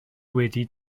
wedi